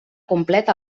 complet